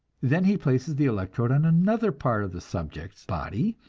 then he places the electrode on another part of the subject's body,